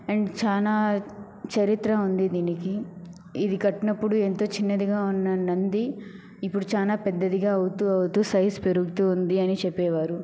and చానా చరిత్ర ఉంది దీనికి ఇది కట్టినప్పుడు ఎంతో చిన్నదిగా ఉన్న నంది ఇప్పుడు చానా పెద్దదిగా అవుతూ అవుతూ సైజు పెరుగుతూ ఉంది అని చెప్పేవారు